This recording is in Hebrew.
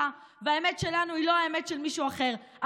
והאמת שלנו היא לא האמת של מישהו אחר,